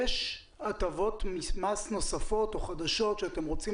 יש הטבות מס נוספות או חדשות שאתם רוצים